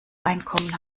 einkommen